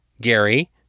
Gary